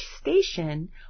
station